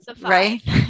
Right